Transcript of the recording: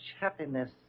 happiness